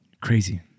Crazy